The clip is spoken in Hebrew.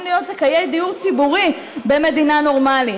להיות זכאי דיור ציבורי במדינה נורמלית.